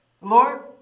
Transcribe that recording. Lord